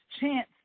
chance